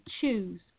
choose